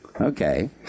Okay